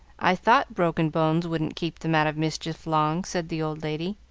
i thought broken bones wouldn't keep them out of mischief long, said the old lady,